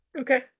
Okay